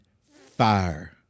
fire